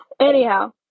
Anyhow